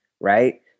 right